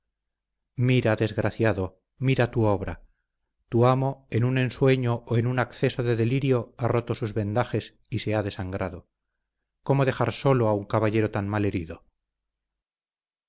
mira desgraciado mira tu obra tu amo en un ensueño o en un acceso de delirio ha roto sus vendajes y se ha desangrado cómo dejar sólo a un caballero tan mal herido